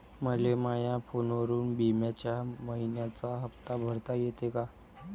मले माया फोनवरून बिम्याचा मइन्याचा हप्ता भरता येते का?